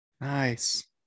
Nice